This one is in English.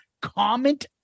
comment